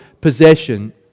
possession